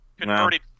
converted